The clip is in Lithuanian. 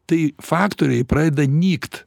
tai faktoriai pradeda nykt